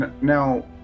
Now